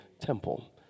temple